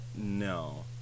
No